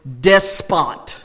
despot